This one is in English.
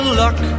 luck